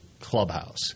clubhouse